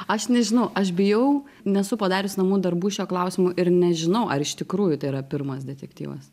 aš nežinau aš bijau nesu padarius namų darbų šiuo klausimu ir nežinau ar iš tikrųjų tai yra pirmas detektyvas